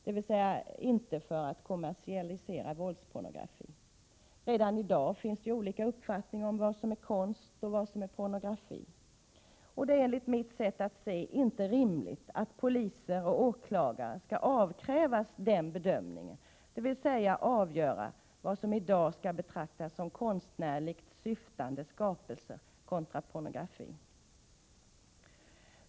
Det finns olika uppfattningar om vad som är konst och vad som är pornografi, och det är enligt mitt sätt att se inte rimligt att poliser och åklagare skall avkrävas den bedömningen, dvs. avgöra vad som i dag skall betraktas som konstnärligt syftande skapelse kontra pornografi.